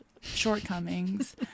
shortcomings